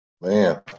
man